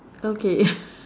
okay